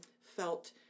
felt